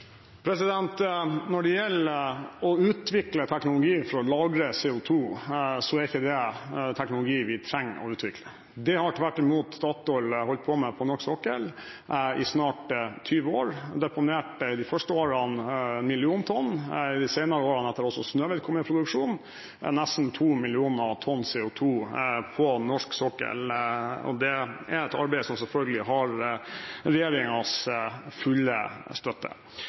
Når det gjelder å utvikle teknologi for å lagre CO2, er ikke det teknologi vi trenger å utvikle. Det har tvert imot Statoil holdt på med på norsk sokkel i snart 20 år. De deponerte de første årene 1 million tonn og i de senere årene, etter at også Snøhvit kom i produksjon, nesten 2 millioner tonn CO2 på norsk sokkel. Det er et arbeid som selvfølgelig har regjeringens fulle støtte.